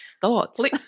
Thoughts